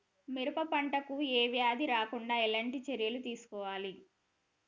పెరప పంట కు ఏ వ్యాధి రాకుండా ఎలాంటి చర్యలు తీసుకోవాలి?